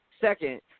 second